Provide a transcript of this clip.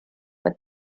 what